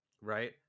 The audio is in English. Right